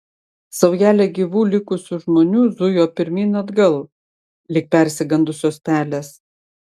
saujelė gyvų likusių žmonių zujo pirmyn atgal lyg persigandusios pelės